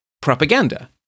propaganda